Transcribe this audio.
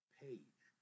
page